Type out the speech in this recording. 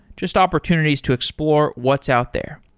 just opportunities to explore what's out there.